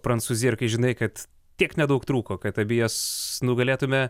prancūzija ir kai žinai kad tiek nedaug trūko kad abi jas nugalėtume